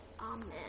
Amen